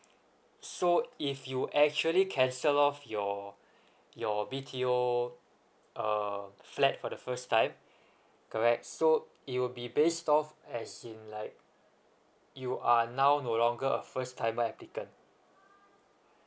so if you actually cancel off your your B_T_O uh flat for the first time correct so you'll be based off as in like you are now no longer a first timer applicant